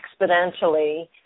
exponentially